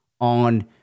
on